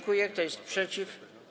Kto jest przeciw?